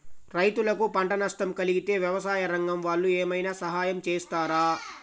రైతులకు పంట నష్టం కలిగితే వ్యవసాయ రంగం వాళ్ళు ఏమైనా సహాయం చేస్తారా?